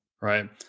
Right